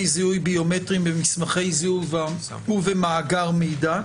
זיהוי ביומטריים במסמכי זיהוי ובמאגר מידע.